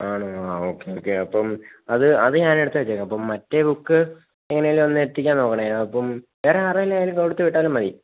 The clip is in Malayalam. ആണോ ഓക്കെ ഓക്കെ അപ്പം അത് അത് ഞാനെടുത്തു വെച്ചേക്കാം അപ്പം മറ്റേ ബുക്ക് എങ്ങനെയെങ്കിലും ഒന്ന് എത്തിക്കാൻ നോക്കണേ അപ്പം വേറെയാരുടെയിലായാലും കൊടുത്ത് വിട്ടാലും മതി